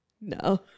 No